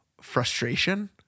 frustration